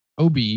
OB